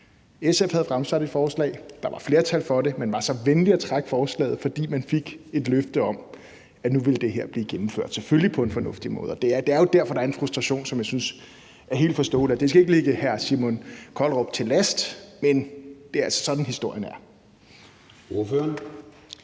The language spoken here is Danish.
SF havde fremsat et forslag, og der var flertal for det. Man var så venlig at trække forslaget, fordi man fik et løfte om, at nu ville det her blive gennemført, selvfølgelig på en fornuftig måde. Det er jo derfor, der er en frustration, som jeg synes er helt forståelig. Det skal ikke ligge hr. Simon Kollerup til last, men det er altså sådan, historien er.